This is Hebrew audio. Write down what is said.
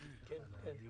הזה.